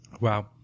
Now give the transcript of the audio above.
Wow